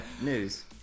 news